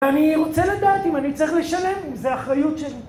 אני רוצה לדעת אם אני צריך לשלם, אם זו אחריות שלי.